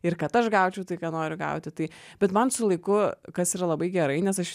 ir kad aš gaučiau tai ką noriu gauti tai bet man su laiku kas yra labai gerai nes aš